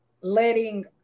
letting